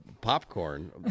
popcorn